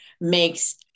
makes